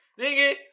Nigga